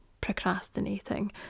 procrastinating